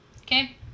Okay